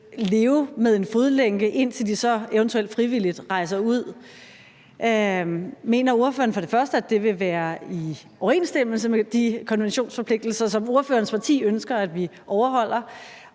leve med en fodlænke, indtil de så eventuelt frivilligt rejser ud, mener ordføreren så, som det ene, at det vil være i overensstemmelse med de konventionsforpligtelser, som ordførerens parti ønsker at vi overholder,